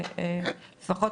לפחות,